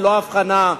ללא הבחנה,